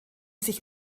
sich